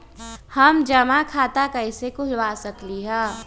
हम जमा खाता कइसे खुलवा सकली ह?